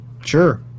sure